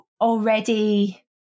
already